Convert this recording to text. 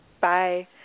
Bye